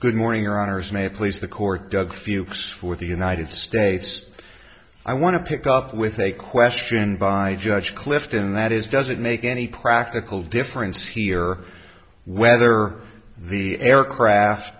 good morning or honors may please the court doug fuchs for the united states i want to pick up with a question by judge clifton that is does it make any practical difference here whether the aircraft